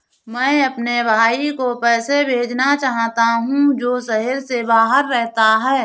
मैं अपने भाई को पैसे भेजना चाहता हूँ जो शहर से बाहर रहता है